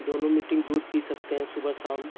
दोनों मीटिन्ग दूध पी सकते हैं सुबह शाम